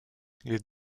les